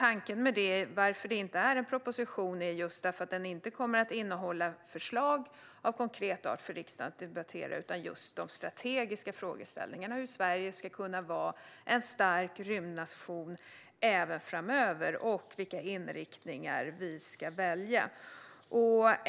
Att det inte är en proposition är för att den inte kommer att innehålla konkreta förslag för riksdagen att debattera utan strategiska frågeställningar om hur Sverige ska kunna vara en stark rymdnation även framöver och vilka inriktningar vi ska välja.